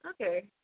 Okay